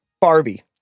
Barbie